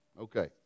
Okay